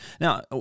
now